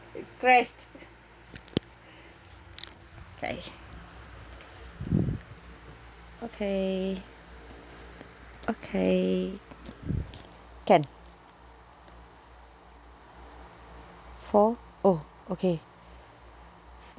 it crashed K okay okay can four oh okay